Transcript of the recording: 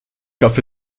hoffe